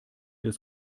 des